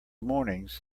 mornings